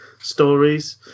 stories